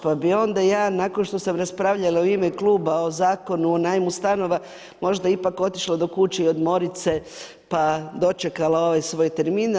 Pa bi onda ja, nakon što sam raspravljala u ime Kluba o zakonu o najmu stanova, možda ipak otišla do kuće odmoriti se, pa dočekala ovaj svoj termin.